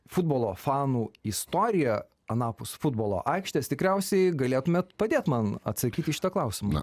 futbolo fanų istoriją anapus futbolo aikštės tikriausiai galėtumėt padėt man atsakyt į šitą klausimą